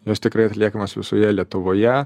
jos tikrai atliekamos visoje lietuvoje